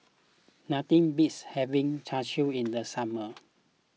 nothing beats having Char Siu in the summer